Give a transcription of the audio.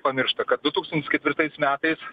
pamiršta kad du tūkstantis ketvirtais metais